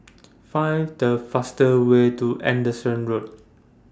Find The fastest Way to Anderson Road